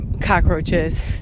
cockroaches